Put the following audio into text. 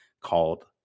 called